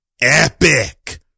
epic